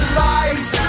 life